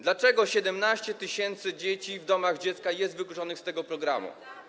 Dlaczego 17 tys. dzieci w domach dziecka jest wykluczonych z tego programu?